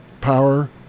Power